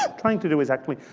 um trying to do is actually